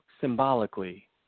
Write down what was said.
symbolically